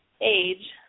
Age